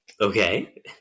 Okay